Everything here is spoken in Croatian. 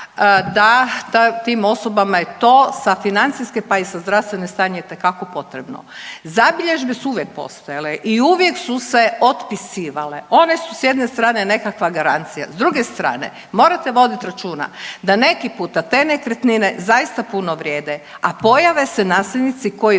da tim osobama je to sa financijske pa i za zdravstveno stanje itekako potrebno. Zabilježbe su uvijek postojale i uvijek su se otpisivale. One su s jedne strane nekakva garancija, s druge strane morate voditi računa da neki puta te nekretnine zaista puno vrijede, a pojave se nasilnici koji